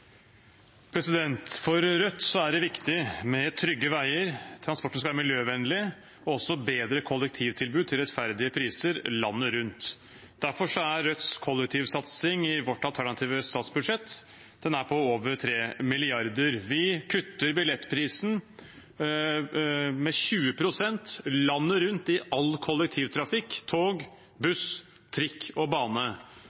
omme. For Rødt er det viktig med trygge veier, transporten skal være miljøvennlig, og vi vil også ha et bedre kollektivtilbud til rettferdige priser landet rundt. Derfor er Rødts kollektivsatsing i vårt alternative statsbudsjett på over 3 mrd. kr. Vi kutter billettprisen med 20 pst. landet rundt, i all kollektivtrafikk – tog,